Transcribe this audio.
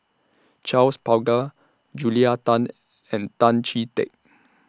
Charles Paglar Julia Tan and Tan Chee Teck